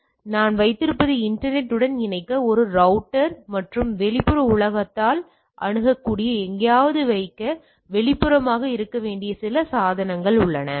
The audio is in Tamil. எனவே நான் வைத்திருப்பது இன்டர்நெட் உடன் இணைக்க ஒரு ரௌட்டர் மற்றும் வெளிப்புற உலகத்தால் அணுகக்கூடிய எங்காவது வைக்க வெளிப்புறமாக இருக்க வேண்டிய சில சாதனங்கள் உள்ளன